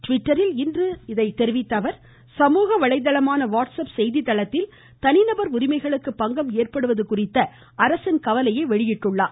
ட்விட்டரில் இன்று இதை தெரிவித்த அவர் சமூக வலைதளமான வாட்ஸ்அப் செய்தி தளத்தில் தனிநபர் உரிமைகளுக்கு பங்கம் ஏற்படுவது குறித்து அரசின் கவலையை வெளியிட்டிருக்கிறார்